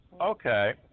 Okay